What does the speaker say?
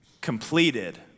completed